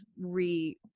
re-